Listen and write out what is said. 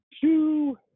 two